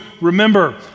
remember